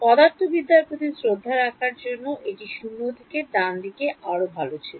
পদার্থবিদ্যার প্রতি শ্রদ্ধা রাখার জন্য এটি 0 থেকে ডানদিকে আরও ভাল ছিল